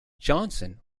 johnson